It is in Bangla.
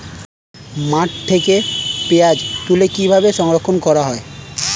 মাঠ থেকে পেঁয়াজ তুলে কিভাবে সংরক্ষণ করা হয়?